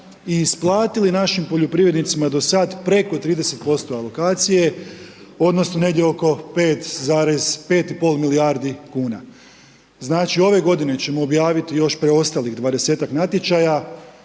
i isplatili našim poljoprivrednicima do sada preko 30% alokacije, odnosno, negdje oko 5,5 milijardi kn. Znači ove g. ćemo objaviti još preostalih 20-tak natječaja,